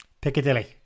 Piccadilly